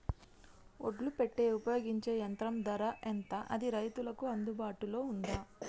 ఒడ్లు పెట్టే ఉపయోగించే యంత్రం ధర ఎంత అది రైతులకు అందుబాటులో ఉందా?